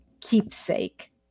keepsake